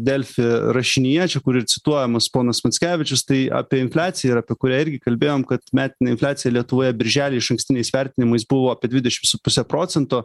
delfi rašinyje čia kur ir cituojamas ponas mackevičius tai apie infliaciją ir apie kurią irgi kalbėjom kad metinė infliacija lietuvoje birželį išankstiniais vertinimais buvo apie dvidešim su puse procento